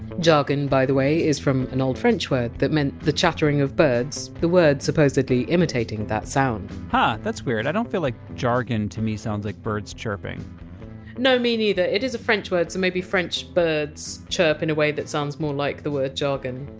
jargon, by the way, is from an old french word that meant the chattering of birds, the word supposedly imitating that sound ha. that's weird. i don't feel like jargon to me sounds like birds chirping no, me neither. it is a french word so maybe french birds chirp in a way that sounds more like jargon?